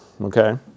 Okay